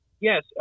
yes